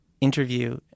interview